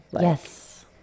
Yes